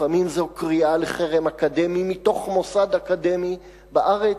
לפעמים זו קריאה לחרם אקדמי מתוך מוסד אקדמי בארץ,